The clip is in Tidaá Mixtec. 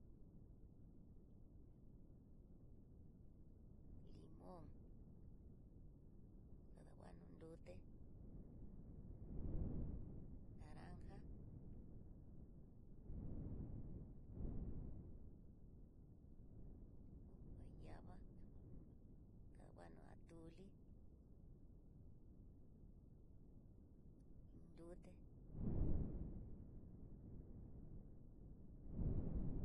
Limón kadanguano nruté, naranja, gu- guayaba, kanguano atole, nruté.